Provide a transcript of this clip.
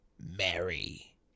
Mary